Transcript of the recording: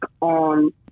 on